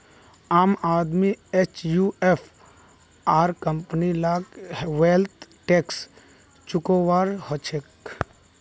आम आदमी एचयूएफ आर कंपनी लाक वैल्थ टैक्स चुकौव्वा हछेक